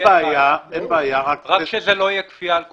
רק שלא יהיה כפייה על כולם.